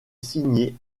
signé